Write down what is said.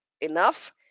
enough